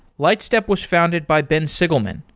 lightstep was founded by ben sigleman,